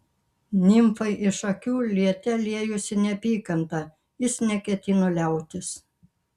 nimfai iš akių liete liejosi neapykanta jis neketino liautis